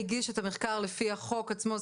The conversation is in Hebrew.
והגיש את המחקר לפי החוק עצמו,